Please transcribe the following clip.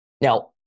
Now